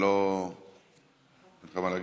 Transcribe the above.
לא אין לך מה להגיד?